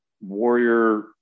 warrior